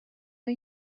are